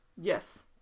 Yes